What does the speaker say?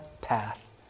path